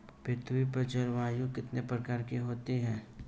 पृथ्वी पर जलवायु कितने प्रकार की होती है?